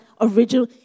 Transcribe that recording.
original